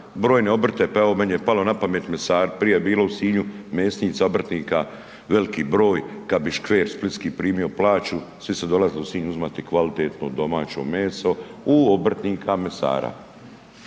brojne obrte, pa evo meni je palo napamet mesari. Prije je bilo u Sinju mesnica obrtnika veliki broj, kad bi škver splitski primio plaću svi su dolazili u Sinj uzimati kvalitetno, domaće meso u obrtnika mesara.